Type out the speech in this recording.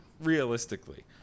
realistically